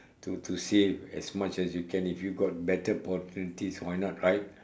to to save as much as you can if you got better opportunities why not right